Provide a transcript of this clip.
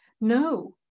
no